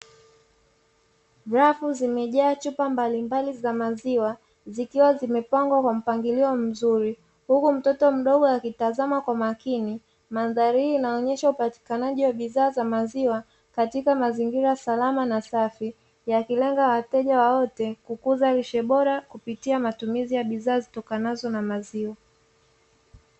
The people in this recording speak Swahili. Rafu zimejaa chupa mbalimbali za maziwa, zikiwa zimepangwa kwa mpangilio mzuri huku mtoto mdogo akitazama kwa makini. Mandhari hii inaonyesha upatikanaji wa bidhaa za maziwa, katika mazingira salama na safi; yakilenga wateja wote kukuza lishe bora kupitia matumizi ya bidhaa zitokanazo na maziwa.